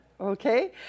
Okay